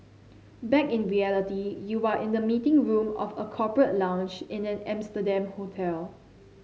back in reality you are in the meeting room of a corporate lounge in an Amsterdam hotel